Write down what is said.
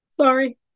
Sorry